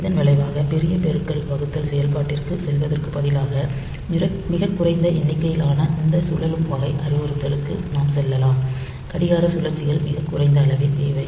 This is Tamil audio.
இதன் விளைவாக பெரிய பெருக்கல் வகுத்தல் செயல்பாட்டிற்குச் செல்வதற்குப் பதிலாக மிகக் குறைந்த எண்ணிக்கையிலான இந்த சுழலும் வகை அறிவுறுத்தலுக்கு நாம் செல்லலாம் கடிகார சுழற்சிகள் மிகக் குறைந்த அளவே தேவை